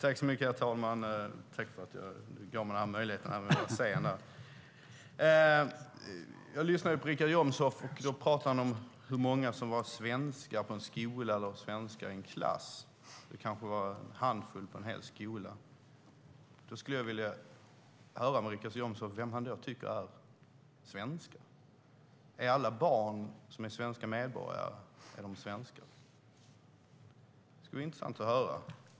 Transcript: Herr talman! Jag lyssnade på Richard Jomshof. Han talade om hur många som var svenskar på en skola eller i en klass, att det kanske var en handfull i en hel skola. Därför skulle jag vilja fråga Richard Jomshof vilka han då tycker är svenskar. Är alla barn som är svenska medborgare svenskar? Det vore intressant att höra.